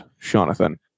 Jonathan